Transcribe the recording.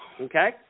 Okay